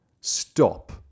Stop